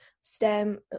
STEM